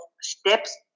steps